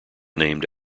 named